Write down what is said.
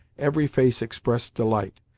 every face expressed delight,